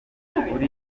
yari